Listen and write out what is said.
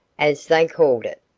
as they called it.